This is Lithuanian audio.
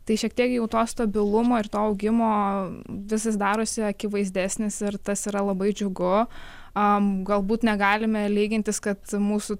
tai šiek tiek jau to stabilumo ir to augimo vis jis darosi akivaizdesnis ir tas yra labai džiugu a galbūt negalime lygintis kad mūsų